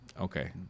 Okay